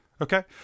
Okay